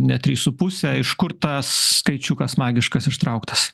ne trys su puse iš kur tas skaičiukas magiškas ištrauktas